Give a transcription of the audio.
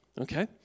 Okay